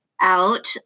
out